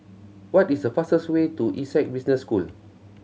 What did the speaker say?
what is the fastest way to Essec Business School